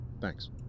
Thanks